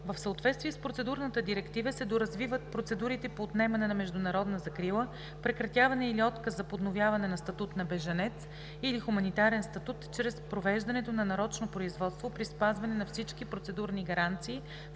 В съответствие с Процедурната директива се доразвиват процедурите по отнемане на международна закрила, прекратяване или отказ за подновяване на статут на бежанец или хуманитарен статут, чрез провеждането на нарочно производство при спазване на всички процедурни гаранции,